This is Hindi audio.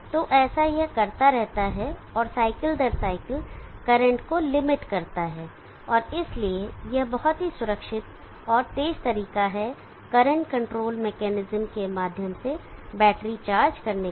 तो ऐसा यह करता रहता है और साइकिल दर साइकिल करंट को लिमिट करता है और इसलिए यह बहुत ही सुरक्षित और तेज़ तरीका है करंट कंट्रोल मेकैनिज्म के माध्यम से बैटरी चार्ज करने का